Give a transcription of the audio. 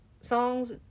songs